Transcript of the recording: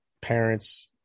parents